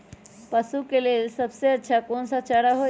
पशु के लेल सबसे अच्छा कौन सा चारा होई?